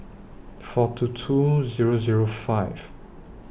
four two two Zero Zero five